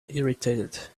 irritated